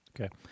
Okay